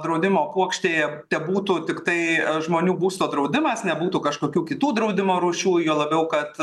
draudimo puokštėje tebūtų tiktai žmonių būsto draudimas nebūtų kažkokių kitų draudimo rūšių juo labiau kad